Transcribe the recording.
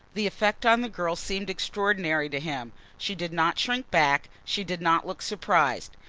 the effect on the girl seemed extraordinary to him. she did not shrink back, she did not look surprised.